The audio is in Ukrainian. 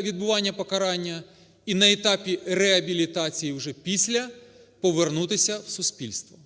відбування покарання, і на етапі реабілітації вже після повернутися в суспільство.